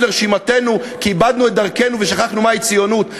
לרשימתנו כי איבדנו את דרכנו ושכחנו מהי ציונות.